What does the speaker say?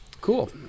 Cool